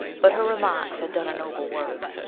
but her remarks had done a noble work.